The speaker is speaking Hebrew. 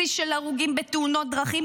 שיא של הרוגים בתאונות דרכים.